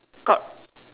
got